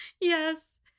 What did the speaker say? Yes